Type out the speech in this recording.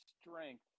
strength